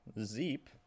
Zeep